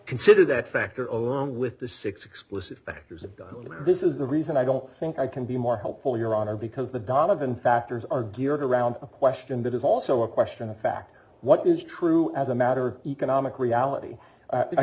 consider that factor on with the six explicit factors of god this is the reason i don't think i can be more helpful your honor because the donovan factors are geared around a question that is also a question of fact what is true as a matter economic reality